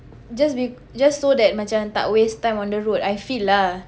just bec~ just so that macam tak waste time on the road I feel lah